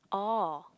oh